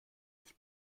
ich